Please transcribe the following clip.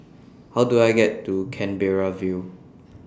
How Do I get to Canberra View